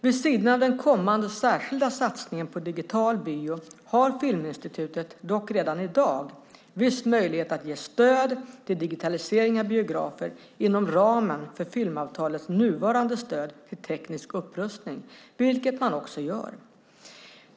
Vid sidan av den kommande särskilda satsningen på digital bio har dock Filminstitutet redan i dag viss möjlighet att ge stöd till digitalisering av biografer inom ramen för filmavtalets nuvarande stöd till teknisk upprustning, vilket man också gör.